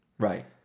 Right